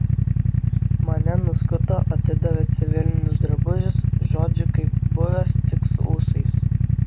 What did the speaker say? mane nuskuto atidavė civilinius drabužius žodžiu kaip buvęs tik su ūsais